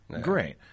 Great